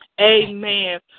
Amen